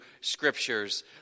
scriptures